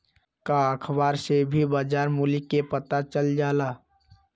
का अखबार से भी बजार मूल्य के पता चल जाला?